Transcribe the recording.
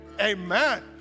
amen